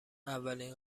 اولین